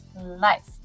life